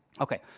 Okay